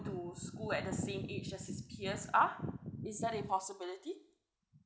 to school at the same age as his peers are is that a possibility